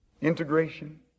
integration